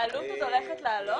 העלות עוד הולכת לעלות?